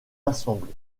assemblées